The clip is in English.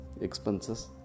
expenses